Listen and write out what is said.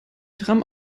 tram